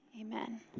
Amen